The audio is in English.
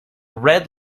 red